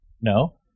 No